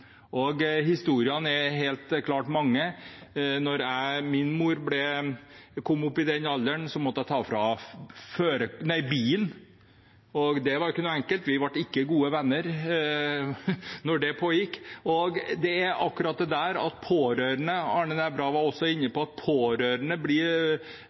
Historiene er helt klart mange. Da min mor kom opp i den alderen, måtte jeg ta fra henne bilen, og det var ikke enkelt. Vi var ikke gode venner da det pågikk. Arne Nævra var også inne på at pårørende får en stor belastning. Det er akkurat det jeg tror kommer til å skje, at pårørende